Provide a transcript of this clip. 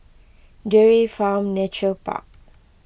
Dairy Farm Nature Park